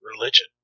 religion